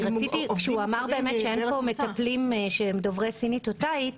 כשהוא אמר שאין פה מטפלים שהם דוברי סינית או תאית,